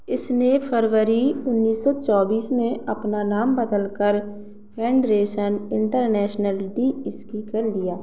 इसने फरवरी उन्नीस सौ चौबीस में अपना नाम बदलकर फेडरेशन इन्टरनेशनल डी स्की कर लिया